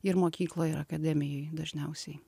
ir mokykloj ir akademijoj dažniausiai